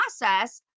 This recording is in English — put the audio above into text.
process